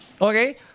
okay